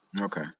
Okay